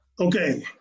Okay